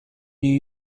new